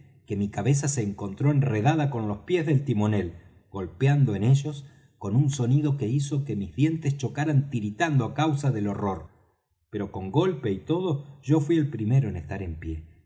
que mi cabeza se encontró enredada con los pies del timonel golpeando en ellos con un sonido que hizo que mis dientes chocaran tiritando á causa del horror pero con golpe y todo yo fuí el primero en estar en pie